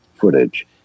footage